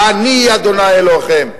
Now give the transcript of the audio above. אני ה' אלוהיכם.